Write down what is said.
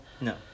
No